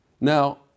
Now